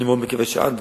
אני מאוד מקווה שעד